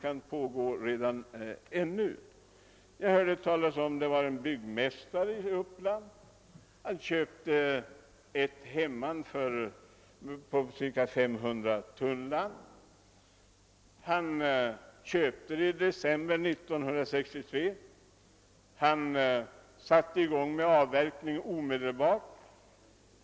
Jag har också hört talas om att en byggmästare i Uppland i december 1963 inköpte ett hemman på ungefär 500 tunnland. Han satte omedelbart i gång med avverkning.